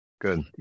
Good